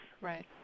Right